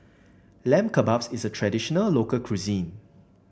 Lamb Kebabs is a traditional local cuisine